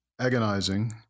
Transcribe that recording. agonizing